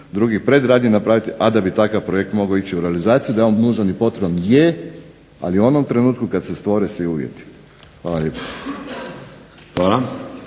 drugih predradnji napraviti a da bi takav projekt mogao ići u realizaciju da je on nužan i potreban je, ali u onom trenutku kada se stvore svi uvjeti. Hvala lijepa.